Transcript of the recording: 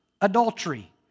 adultery